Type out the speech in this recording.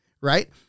Right